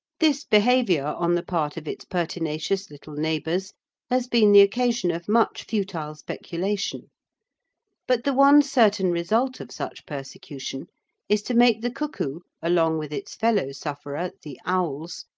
this behaviour on the part of its pertinacious little neighbours has been the occasion of much futile speculation but the one certain result of such persecution is to make the cuckoo, along with its fellow-sufferer, the owls,